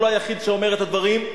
הוא לא היחיד שאומר את הדברים.